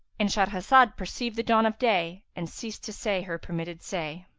and shahrazad perceived the dawn of day and ceased to say her permitted say.